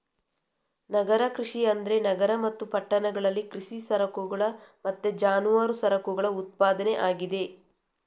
ನಗರ ಕೃಷಿ ಅಂದ್ರೆ ನಗರ ಮತ್ತು ಪಟ್ಟಣಗಳಲ್ಲಿ ಕೃಷಿ ಸರಕುಗಳ ಮತ್ತೆ ಜಾನುವಾರು ಸರಕುಗಳ ಉತ್ಪಾದನೆ ಆಗಿದೆ